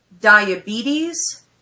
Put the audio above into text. diabetes